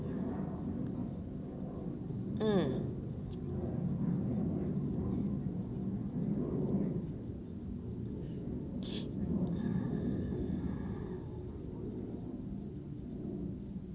mm